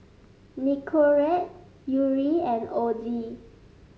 Nicorette Yuri and Ozi